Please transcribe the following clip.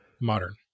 Modern